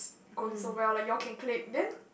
going so well like you all can click then